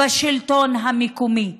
בשלטון המקומי.